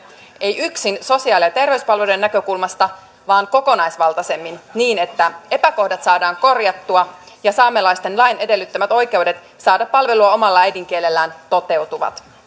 ei yksin sosiaali ja terveyspalveluiden näkökulmasta vaan kokonaisvaltaisemmin niin että epäkohdat saadaan korjattua ja saamelaisten lain edellyttämät oikeudet saada palvelua omalla äidinkielellään toteutuvat